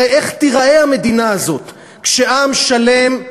הרי איך תיראה המדינה הזאת כשעם שלם,